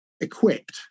equipped